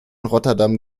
rotterdam